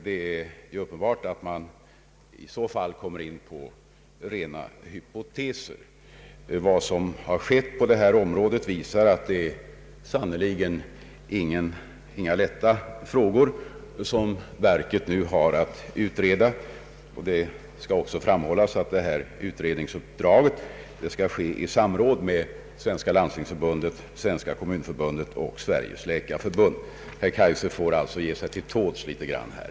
Det är uppenbart att man i så fall kommer in på rena hypoteser. Vad som har skett på detta område visar att det sannerligen icke är några lätta frågor som verken nu har att utreda. Det kan också framhållas att detta utredningsuppdrag skall utföras i samråd med Svenska landstingsförbundet, Svenska kommunförbundet och Sveriges läkarförbund. Herr Kaijser får alltså ge sig till tåls litet grand.